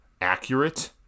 accurate